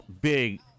big